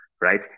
right